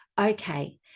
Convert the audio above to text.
Okay